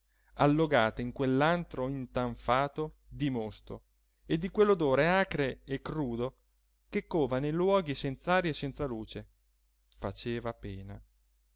allogata in quell'antro intanfato di mosto e di quell'odore acre e crudo che cova nei luoghi senz'aria e senza luce faceva pena